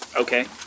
Okay